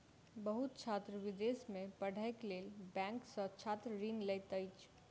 बहुत छात्र विदेश में पढ़ैक लेल बैंक सॅ छात्र ऋण लैत अछि